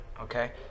Okay